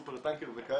סופר טאנקר וכאלה,